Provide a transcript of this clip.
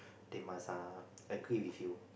they must uh agree with you